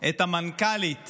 את המנכ"לית